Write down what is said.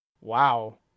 Wow